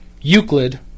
Euclid